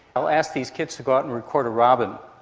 i'll ask these kids to go out and record a robin,